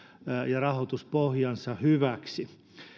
ja rahoituspohjansa hyväksi